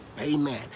Amen